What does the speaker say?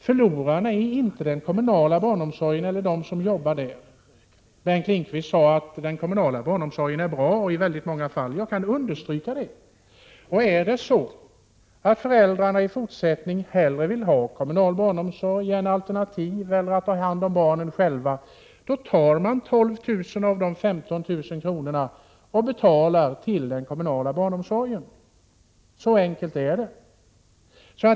Förlorare är inte den kommunala barnomsorgen eller de som arbetar i den. Bengt Lindqvist sade att den kommunala barnomsorgen i väldigt många fall är bra — jag kan understryka det. Är det så att föräldrarna i fortsättningen hellre vill ha kommunal barnomsorg än alternativ barnomsorg eller än att ta hand om barnen själva, tar de 12 000 av de 15 000 kronorna och betalar till den kommunala barnomsorgen. Så enkelt är det.